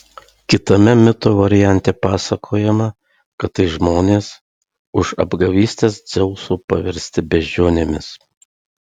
kitame mito variante pasakojama kad tai žmonės už apgavystes dzeuso paversti beždžionėmis